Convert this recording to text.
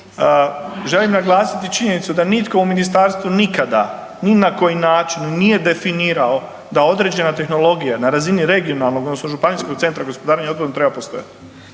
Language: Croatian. želim naglasiti činjenicu da nitko u ministarstvu nikada ni na koji način nije definirao da određena tehnologija na razini regionalnog odnosno županijskog centra za gospodarenje otpadom treba postojati.